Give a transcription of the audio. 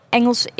Engels